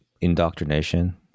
indoctrination